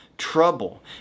trouble